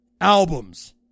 Albums